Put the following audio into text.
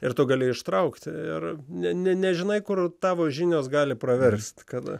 ir tu gali ištraukti ir nežinai kur tavo žinios gali praverst kada